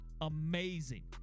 Amazing